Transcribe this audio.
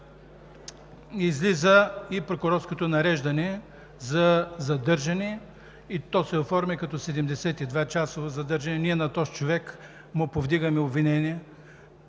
излиза и прокурорското нареждане за задържане и то се оформя като 72-часово задържане. Ние повдигаме обвинение